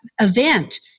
event